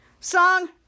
Song